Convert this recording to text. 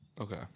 Okay